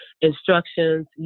instructions